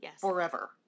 forever